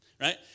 right